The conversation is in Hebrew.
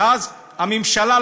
ואז הממשלה,